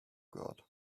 got